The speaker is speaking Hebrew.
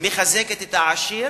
מחזקת את העשיר